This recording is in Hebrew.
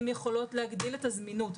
הן יכולות להגדיל את הזמינות,